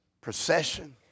procession